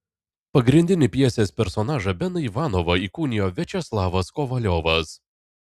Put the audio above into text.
pagrindinį pjesės personažą beną ivanovą įkūnijo viačeslavas kovaliovas